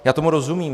Já tomu rozumím.